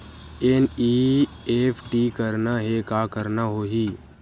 NEFT करना हे का करना होही?